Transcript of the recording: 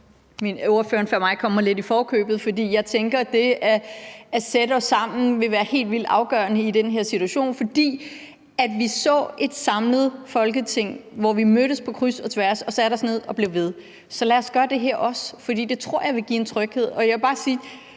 Spørgeren før mig kom mig lidt i forkøbet, for jeg tænker, at det at sætte os sammen vil være helt vildt afgørende i den her situation. For vi så et samlet Folketing, hvor man mødtes på kryds og tværs og satte sig ned og blev ved, så lad os gøre det her også, for det tror jeg vil give en tryghed. Og jeg vil bare som